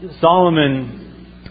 Solomon